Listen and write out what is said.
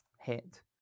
hit